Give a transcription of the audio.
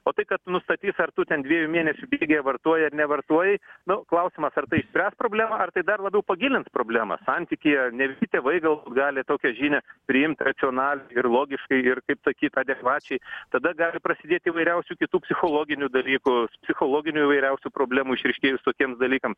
o tai kad tu nustatyti ar tu ten dviejų mėnesių bėgyje vartojai ar nevartojai nu klausimas ar tai išspręs problemą ar tai dar labiau pagilins problemą santykyje ne visi tėvai gal gali tokią žinią priimt racionaliai ir logiškai ir kaip sakyt adekvačiai tada gali prasidėt įvairiausių kitų psichologinių dalykų psichologinių įvairiausių problemų išryškėjus tokiems dalykam